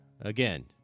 again